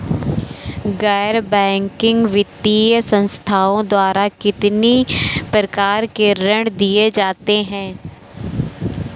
गैर बैंकिंग वित्तीय संस्थाओं द्वारा कितनी प्रकार के ऋण दिए जाते हैं?